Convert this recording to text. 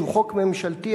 שהוא חוק ממשלתי,